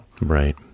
right